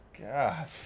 God